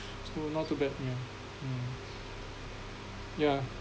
so not too bad yeah